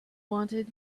wanted